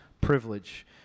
privilege